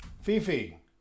Fifi